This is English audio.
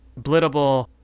blittable